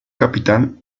capital